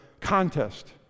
contest